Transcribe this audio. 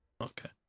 okay